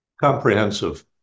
Comprehensive